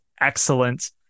excellent